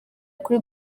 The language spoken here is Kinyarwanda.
kuri